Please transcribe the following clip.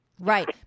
Right